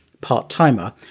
part-timer